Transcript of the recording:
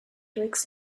bricks